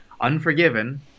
unforgiven